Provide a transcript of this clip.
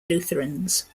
lutherans